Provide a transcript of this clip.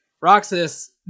Roxas